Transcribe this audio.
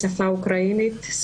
בשפה האוקראינית,